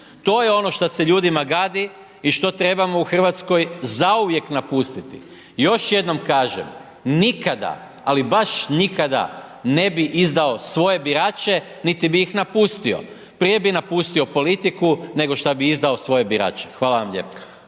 to je ono šta se ljudima gadi i što trebamo u RH zauvijek napustiti. Još jednom kažem, nikada, ali baš nikada ne bi izdao svoje birače, niti bi ih napustio, prije bi napustio politiku, nego šta bi izdao svoje birače. Hvala vam lijepo.